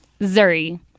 Zuri